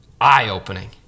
Eye-opening